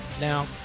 Now